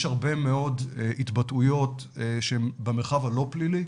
יש הרבה מאוד התבטאויות שהן במרחב הלא פלילי,